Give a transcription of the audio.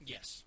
Yes